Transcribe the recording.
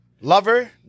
lover